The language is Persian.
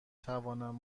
توانم